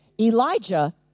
Elijah